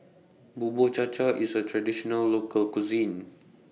Bubur Cha Cha IS A Traditional Local Cuisine